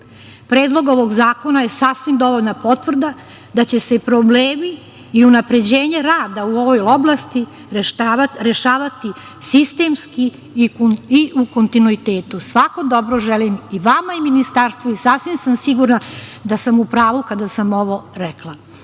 Predlog ovog zakona je sasvim dovoljna potvrda da će se problemi i unapređenje rada u ovoj oblasti rešavati sistemski i u kontinuitetu. Svako dobro želim i vama i ministarstvu i sasvim sam sigurna da sam u pravu kada sam ovo rekla.